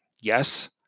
Yes